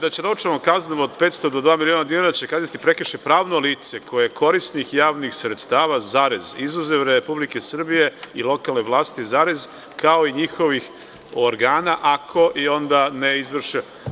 Ovde piše da će novčanom kaznom od 500 do dva miliona dinara će kazniti prekršajno pravno lice koje je korisnik javnih sredstava, izuzev Republike Srbije i lokalne vlasti, kao i njihovih organa, ako i onda – ne izvrše.